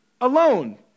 alone